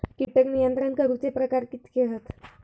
कीटक नियंत्रण करूचे प्रकार कितके हत?